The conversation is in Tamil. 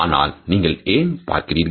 ஆனால் நீங்கள் ஏன் பார்க்கிறீர்கள்